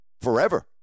forever